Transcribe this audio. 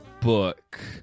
book